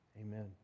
Amen